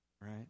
right